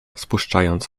spuszczając